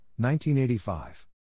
1985